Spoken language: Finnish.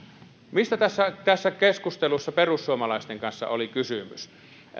mistä tässä tässä keskustelussa perussuomalaisten kanssa oli kysymys